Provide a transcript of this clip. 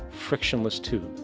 frictionless tube,